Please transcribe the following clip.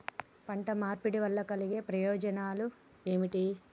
పంట మార్పిడి వల్ల కలిగే ప్రయోజనాలు ఏమిటి?